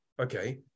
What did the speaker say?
okay